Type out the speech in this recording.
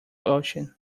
ocean